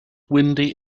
windy